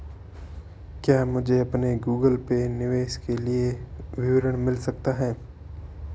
क्या मुझे अपने गूगल पे निवेश के लिए विवरण मिल सकता है?